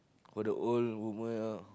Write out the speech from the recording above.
got the old women